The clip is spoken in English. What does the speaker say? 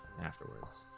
afterwards.